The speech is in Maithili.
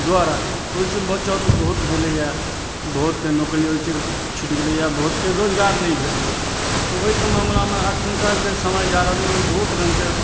द्वारा तऽ ओइसँ बचाव तऽ बहुत भेलइए बहुतके नौकरी ओइसँ छुटि गेलैये बहुतके रोजगार नहि भेटलइए तऽ ओइके मामिलामे एखुनका जे समय जा रहलइ अइ ओ बहुत रङ्गके